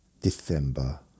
December